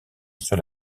sur